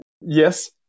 Yes